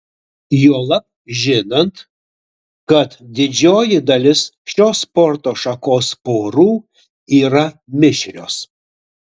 juolab žinant kad didžioji dalis šios sporto šakos porų yra mišrios